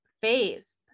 face